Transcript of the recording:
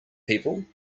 people